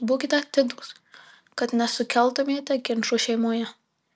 būkite atidūs kad nesukeltumėte ginčų šeimoje